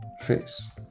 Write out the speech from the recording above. face